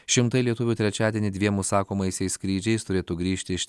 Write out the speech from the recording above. šimtai lietuvių trečiadienį dviem užsakomaisiais skrydžiais turėtų grįžti iš